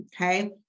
okay